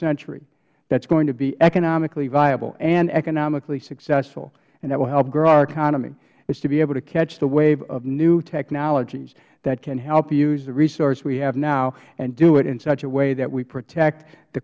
ury that is going to be economically viable and economically successful and that will help grow our economy is to be able to catch the wave of new technologies that can help use the resources we have now and do it in such a way that we protect the